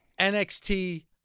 NXT